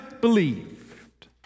believed